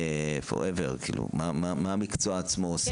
מה המקצוע עצמו עושה.